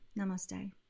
Namaste